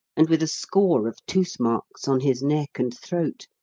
and with a score of tooth-marks on his neck and throat,